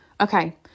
Okay